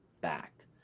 back